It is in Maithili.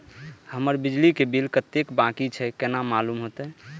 हमर बिजली के बिल कतेक बाकी छे केना मालूम होते?